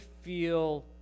feel